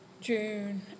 june